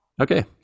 Okay